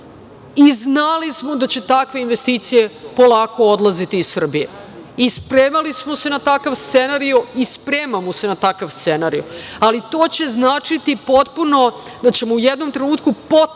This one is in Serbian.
Znali smo da će takve investicije polako odlaziti iz Srbije. Spremali smo se na takav scenarijo i spremamo se na takav scenarijo, ali to će značiti potpuno u jednom trenutku potpuno